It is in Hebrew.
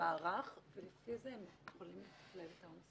למערך ולפי זה הם יכולים ל- -- את העומסים.